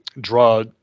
draw